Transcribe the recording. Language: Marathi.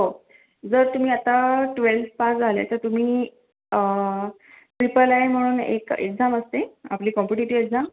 हो जर तुम्ही आत्ता ट्वेल्थ पास झाले तर तुम्ही ट्रिपल आय म्हणून एक एक्झाम असते आपली कॉम्पिटिटिव्ह एक्झाम